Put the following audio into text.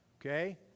Okay